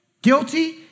Guilty